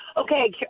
Okay